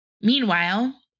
Meanwhile